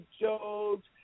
jokes